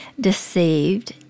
deceived